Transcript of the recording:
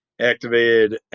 activated